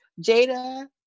jada